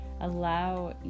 Allow